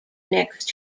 next